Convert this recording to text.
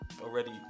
already